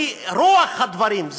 רוח הדברים,